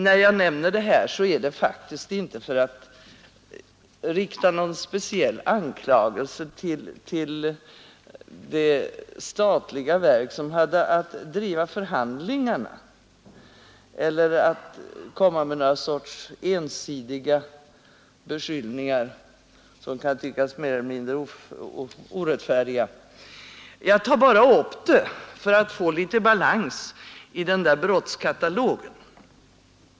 När jag nämner detta är det faktiskt inte för att rikta någon speciell anklagelse mot det statliga verk som hade att driva förhandlingarna eller för att komma med ensidiga beskyllningar som kan tyckas mer eller mindre orättfärdiga. Jag tar bara upp det för att få litet balans i den där brottskatalogen.